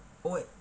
oh what